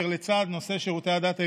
כאשר לצד נושא שירותי הדת היהודיים,